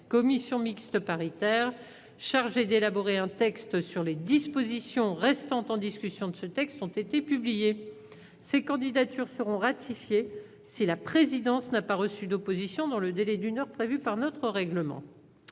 commission mixte paritaire chargée d'élaborer un texte sur les dispositions restant en discussion de cette proposition de loi ont été publiées. Ces candidatures seront ratifiées si la présidence n'a pas reçu d'opposition dans le délai d'une heure prévu par notre règlement.